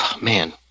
Man